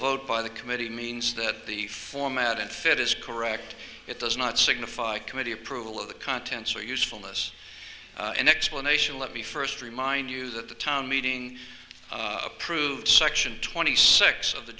vote by the committee means that the format it fit is correct it does not signify committee approval of the contents or usefulness an explanation let me first remind you that the town meeting approves section twenty six of the